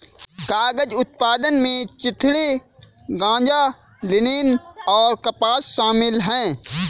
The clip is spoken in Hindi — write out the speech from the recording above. कागज उत्पादन में चिथड़े गांजा लिनेन और कपास शामिल है